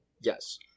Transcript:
Yes